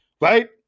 Right